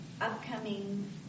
upcoming